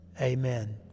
Amen